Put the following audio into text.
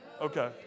Okay